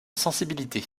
sensibilité